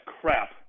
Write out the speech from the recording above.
crap